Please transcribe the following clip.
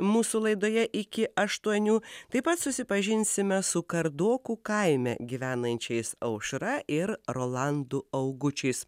mūsų laidoje iki aštuonių taip pat susipažinsime su kardokų kaime gyvenančiais aušra ir rolandu augučiais